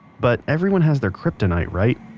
but everyone has their kryptonite right?